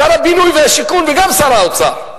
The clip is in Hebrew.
שר הבינוי והשיכון וגם שר האוצר,